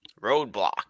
Roadblock